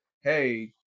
hey